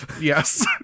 Yes